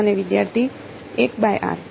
વિદ્યાર્થી 1 by r